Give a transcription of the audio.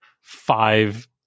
five